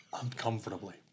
uncomfortably